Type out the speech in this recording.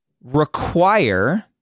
require